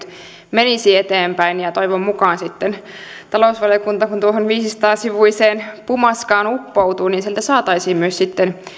menisi eteenpäin toivon mukaan sitten kun talousvaliokunta tuohon viisisataa sivuiseen pumaskaan uppoutuu sieltä saataisiin myös sitten